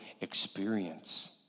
experience